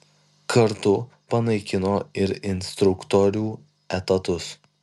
kartu panaikino ir instruktorių etatus